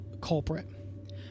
culprit